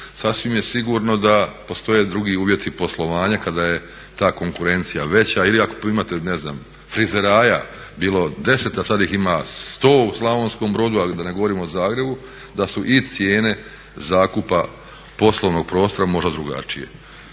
sasvim je sigurno da postoje drugi uvjeti poslovanja kada je ta konkurencija veća. Ili ako imate ne znam frizeraja bilo 10, a sad ih ima 100 u Slavonskom Brodu, a da ne govorim o Zagrebu da su i cijene zakupa poslovnog prostora možda drugačije.